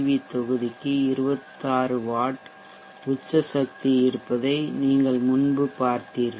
we தொகுதிக்கு 26 watt உச்ச சக்தி இருப்பதை நீங்கள் முன்பு பார்த்தீர்கள்